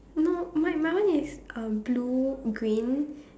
no my my one is uh blue green